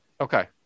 Okay